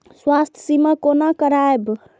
स्वास्थ्य सीमा कोना करायब?